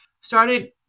started